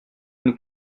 nous